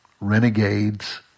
renegades